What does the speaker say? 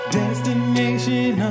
destination